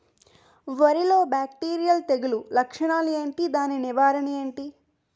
వరి లో బ్యాక్టీరియల్ తెగులు లక్షణాలు ఏంటి? దాని నివారణ ఏంటి?